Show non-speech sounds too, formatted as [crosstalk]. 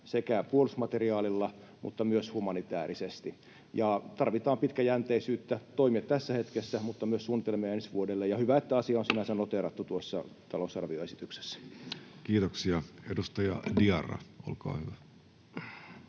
sekä puolustusmateriaalilla että myös humanitäärisesti. Tarvitaan pitkäjänteisyyttä toimia tässä hetkessä, mutta myös suunnitelmia ensi vuodelle. Hyvä, että asia on [noise] sinänsä noteerattu tuossa talousarvioesityksessä. [Speech 57] Speaker: